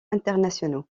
internationaux